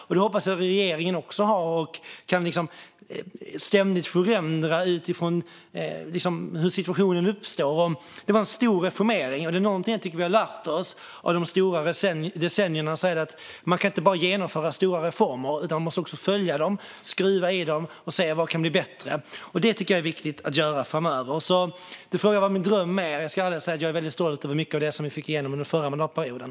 Det hoppas jag att regeringen också har, och att man ständigt kan förändra detta utifrån hur situationen uppstår. Om det är något vi har lärt oss av de stora reformerna under de gångna decennierna är det att det inte räcker med att bara genomföra stora reformer, utan man måste också följa upp dem, justera dem och se vad som kan bli bättre. Och det tycker jag är viktigt att göra framöver. Det får väl vara min dröm. Men jag ska även säga att jag är väldigt stolt över mycket av det som vi fick igenom under förra mandatperioden.